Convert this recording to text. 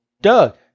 doug